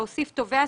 להוסיף תובע,